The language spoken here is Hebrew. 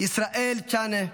ישראל צ'אנה,